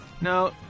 No